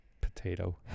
potato